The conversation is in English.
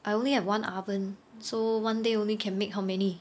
I only have one oven so one day only can make how many